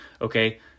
Okay